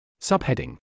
Subheading